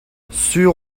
sur